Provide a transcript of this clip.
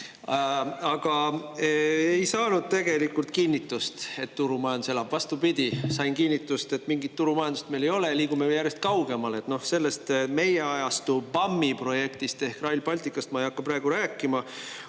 ma ei saanud tegelikult kinnitust, et turumajandus elab, vastupidi, sain kinnitust, et mingit turumajandust meil ei ole või me liigume sellest järjest kaugemale. Sellest meie ajastu BAM-i projektist ehk Rail Balticust ma ei hakka praegu rääkima.